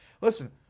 Listen